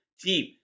team